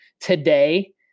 today